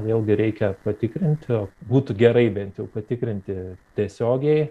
vėlgi reikia patikrinti būtų gerai bent jau patikrinti tiesiogiai